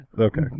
Okay